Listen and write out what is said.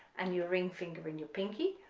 and your ring finger and your pinky,